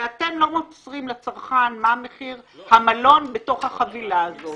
אתם לא מוסרים לצרכן מה מחיר המלון בתוך החבילה הזאת.